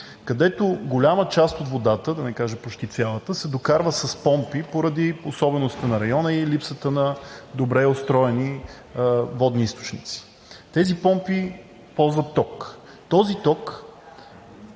където голяма част от водата, да не кажа почти цялата, се докарва с помпи поради особеностите на района и липсата на добре устроени водни източници. Тези помпи ползват ток, този ток